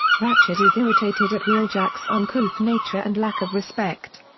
ratchet is irritated at wheeljack's uncouth nature and lack of respect.